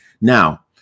Now